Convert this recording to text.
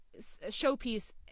showpiece